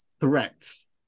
threats